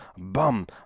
bum